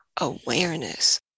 awareness